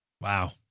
Wow